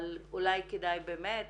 אבל אולי כדאי באמת